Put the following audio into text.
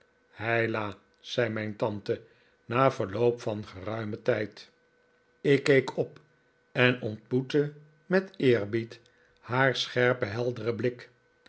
heila zei mijn tante na verloop van geruimen tijd ik keek op en ontmoette met eerbied haar scherpen helderen blik